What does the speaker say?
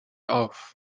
auf